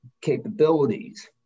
capabilities